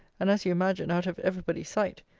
and, as you imagine, out of every body's sight,